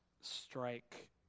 strike